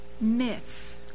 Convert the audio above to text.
myths